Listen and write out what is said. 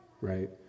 right